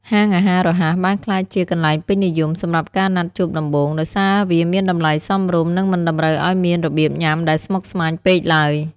ហាងអាហាររហ័សបានក្លាយជា «កន្លែងពេញនិយម» សម្រាប់ការណាត់ជួបដំបូង ដោយសារវាមានតម្លៃសមរម្យ និងមិនតម្រូវឱ្យមានរបៀបញ៉ាំដែលស្មុគស្មាញពេកឡើយ។